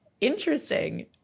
interesting